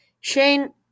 Shane